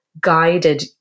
guided